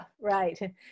Right